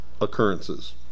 occurrences